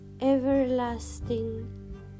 everlasting